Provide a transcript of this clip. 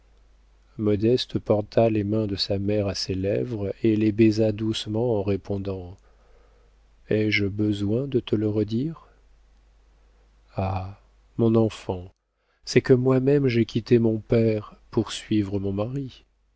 modeste porta les mains de sa mère à ses lèvres et les baisa doucement en répondant ai-je besoin de te le redire ah mon enfant c'est que moi-même j'ai quitté mon père pour suivre mon mari